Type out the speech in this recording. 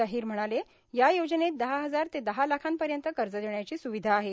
अहीर म्हणाले या योजनेत दहा हजार ते दहा लाखांपर्यत कर्ज देण्याची सुविधा आहे